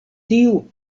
tiu